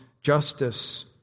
justice